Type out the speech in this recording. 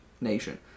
nation